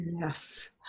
Yes